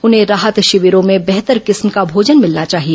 उन्हें राहत शिविरों में बेहतर किस्म का भोजन मिलना चाहिए